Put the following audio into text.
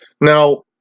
Now